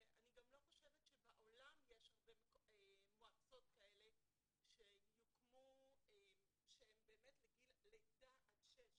ואני גם לא חושבת שבעולם יש הרבה מועצות כאלה שהם לגיל לידה עד גיל שש.